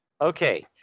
Okay